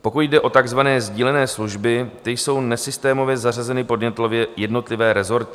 Pokud jde o takzvané sdílené služby, ty jsou nesystémově zařazeny pod jednotlivé rezorty.